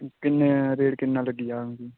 किन्ने रेट किन्ना लग्गी जाह्ग मिगी